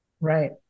Right